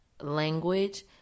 language